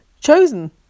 chosen